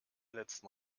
letzten